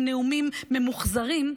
עם נאומים ממוחזרים.